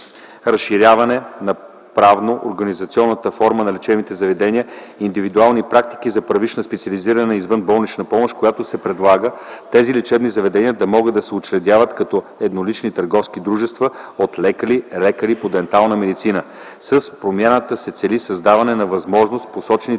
разширяване на правно-организационната форма на лечебните заведения – индивидуални практики за първична и специализирана извънболнична помощ, като се предлага тези лечебни заведения да могат да се учредяват като еднолични търговски дружества от лекари и лекари по дентална медицина. С промяната се цели създаване на възможност посочените